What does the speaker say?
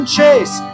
chase